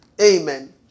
Amen